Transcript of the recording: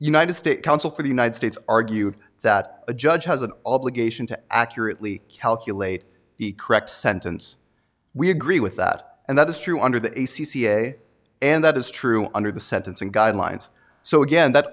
united states counsel for the united states argued that the judge has an obligation to accurately calculate the correct sentence we agree with that and that is true under the a c c a and that is true under the sentencing guidelines so again that